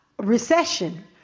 recession